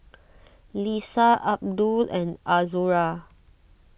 Lisa Abdul and Azura